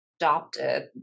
adopted